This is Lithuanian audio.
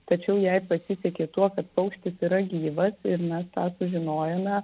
tačiau jai pasisekė tuo kad paukštis yra gyvas ir mes tą sužinojome